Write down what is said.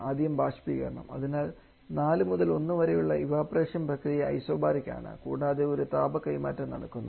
ആദ്യം ബാഷ്പീകരണം അതിനാൽ 4 മുതൽ 1 വരെയുള്ള ഇവപൊറേഷൻ പ്രക്രിയ ഐസോബറിക് ആണ് കൂടാതെ ഒരു താപ കൈമാറ്റം നടക്കുന്നു